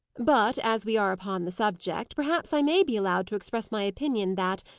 but, as we are upon the subject, perhaps i may be allowed to express my opinion that,